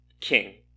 king